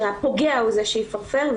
שהפוגע הוא זה שיפרפר,